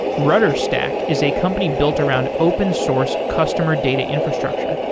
rudderstack is a company built around open source customer data infrastructure.